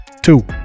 two